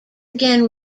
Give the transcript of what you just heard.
again